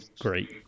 great